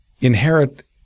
inherit